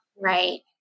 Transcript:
Right